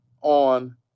on